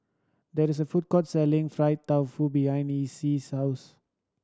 there is a food court selling fried tofu behind Essie's house